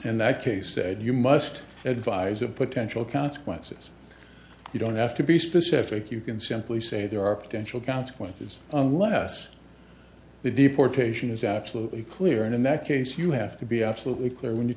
in that case said you must advise the potential consequences you don't have to be specific you can simply say there are potential consequences unless the deportation is absolutely clear and in that case you have to be absolutely clear when you